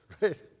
right